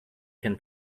can